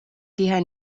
tihe